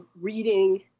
reading